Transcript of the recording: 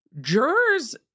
Jurors